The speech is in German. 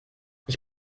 ich